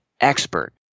expert